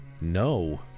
no